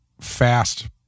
fast